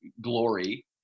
glory